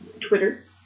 Twitter